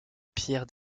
pierre